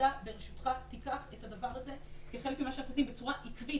שהוועדה בראשותך תיקח את הדבר הזה כחלק ממה שאנחנו עושים בצורה עקבית.